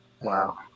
Wow